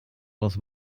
was